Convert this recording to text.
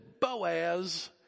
Boaz